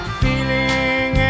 feeling